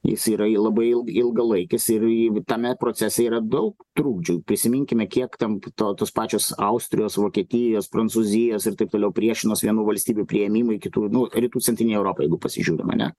jis yra il labai ilgalaikis ir į tame procese yra daug trukdžių prisiminkime kiek ten to tos pačios austrijos vokietijos prancūzijos ir taip toliau priešinosi vienų valstybių priėmimui kitur nu rytų centrinėj europoj jeigu pasižiūrim ane